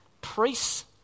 Priests